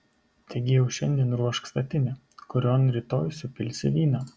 taigi jau šiandien ruošk statinę kurion rytoj supilsi vyną